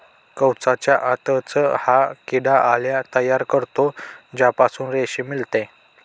कवचाच्या आतच हा किडा अळ्या तयार करतो ज्यापासून रेशीम मिळते